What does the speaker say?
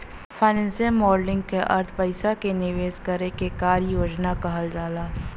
financial modelling क अर्थ पइसा क निवेश करे क कार्य योजना कहल जाला